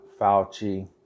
Fauci